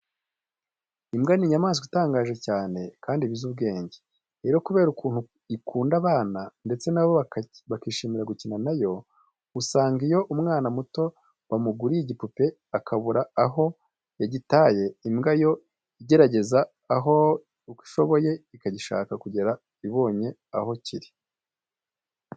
Imbwa ni inyamaswa itangaje cyane kandi iba izi ubwenge. Rero kubera ukuntu ikunda abana ndetse na bo bakishimira gukina na yo, usanga iyo umwana muto bamuguriye igipupe akabura aho yagitaye, imbwa yo igerageza uko ishoboye ikagishaka kugera ibonye aho kiri.